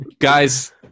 Guys